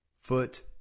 foot